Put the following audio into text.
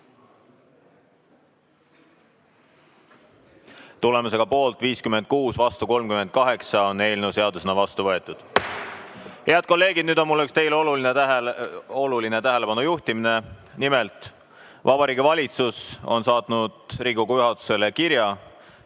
Tulemusega poolt 56, vastu 38 on eelnõu seadusena vastu võetud. Head kolleegid! Nüüd on mul teile üks oluline tähelepanu juhtimine. Nimelt, Vabariigi Valitsus on saatnud Riigikogu juhatusele kirja